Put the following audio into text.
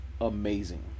Amazing